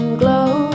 glow